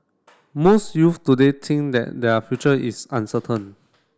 most youth today think that their future is uncertain